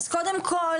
קודם כל,